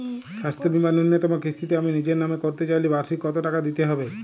স্বাস্থ্য বীমার ন্যুনতম কিস্তিতে আমি নিজের নামে করতে চাইলে বার্ষিক কত টাকা দিতে হবে?